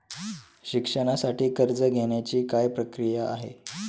शिक्षणासाठी कर्ज घेण्याची काय प्रक्रिया आहे?